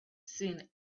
seen